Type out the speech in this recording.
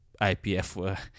IPF